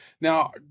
Now